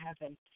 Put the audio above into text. heaven